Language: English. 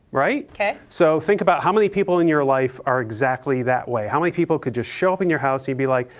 right? ok. so think about how many people in your life are exactly that way. how many people could just show up in your house, you'd be like,